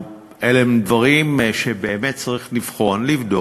אלה הם דברים שבאמת צריך לבחון, לבדוק,